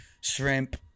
shrimp